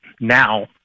now